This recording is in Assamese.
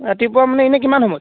ৰাতিপুৱা মানে এনেই কিমান সময়ত